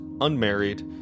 unmarried